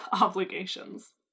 obligations